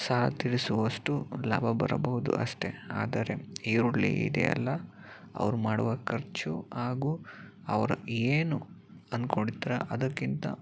ಸಹ ತಿಳಿಸುವಷ್ಟು ಲಾಭ ಬರಬಹುದು ಅಷ್ಟೆ ಆದರೆ ಈರುಳ್ಳಿ ಇದೆ ಅಲ್ಲ ಅವರು ಮಾಡುವ ಖರ್ಚು ಹಾಗೂ ಅವರ ಏನು ಅಂದ್ಕೊಂಡು ಇರ್ತಾರೋ ಅದಕ್ಕಿಂತ